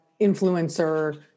influencer